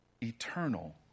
eternal